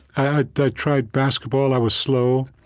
i i tried basketball. i was slow.